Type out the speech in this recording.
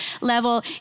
level